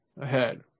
ahead